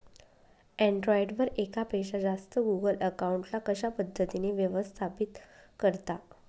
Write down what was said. Android वर एकापेक्षा जास्त गुगल अकाउंट ला कशा पद्धतीने व्यवस्थापित करता?